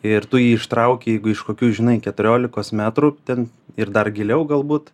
ir tu jį ištrauki jeigu iš kokių žinai keturiolikos metrų ten ir dar giliau galbūt